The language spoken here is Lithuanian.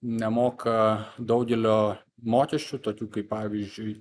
nemoka daugelio mokesčių tokių kaip pavyzdžiui